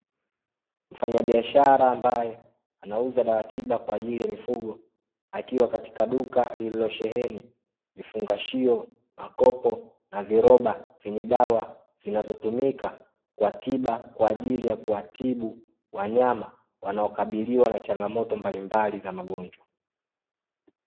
Mfanyabiashara ambaye anauza dawa tiba kwa ajili ya mifugo akiwa katika duka lililosheheni vifungashio, makopo na viroba vyenye dawa zinazotumika kwa tiba kwa ajili ya kuwatibu wanyama wanaokabiliwa na changamoto mbalimbali za magonjwa.